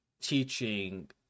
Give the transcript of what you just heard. teaching